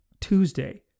Tuesday